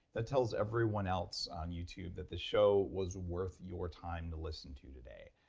that tells everyone else on youtube that this show was worth your time to listen to today.